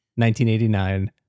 1989